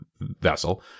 vessel